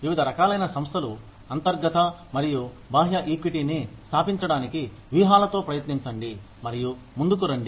వివిధ రకాలైన సంస్థలు అంతర్గత మరియు బాహ్య ఈక్విటీ ని స్థాపించడానికి వ్యూహాలతో ప్రయత్నించండి మరియు ముందుకు రండి